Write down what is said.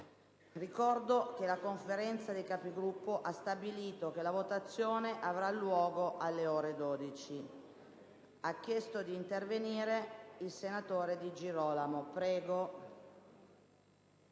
Ricordo che la Conferenza dei Capigruppo ha stabilito che la votazione avrà luogo alle ore 12. Ha chiesto di intervenire il senatore Di Girolamo. Ne